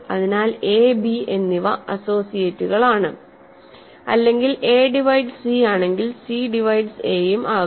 അതിനാൽ a b എന്നിവ അസോസിയേറ്റുകളാണ് അല്ലെങ്കിൽ എ ഡിവൈഡ്സ് സി ആണെങ്കിൽ c ഡിവൈഡ്സ് aയും ആകും